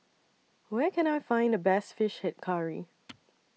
Where Can I Find The Best Fish Head Curry